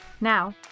Now